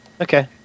Okay